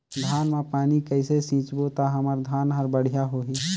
धान मा पानी कइसे सिंचबो ता हमर धन हर बढ़िया होही?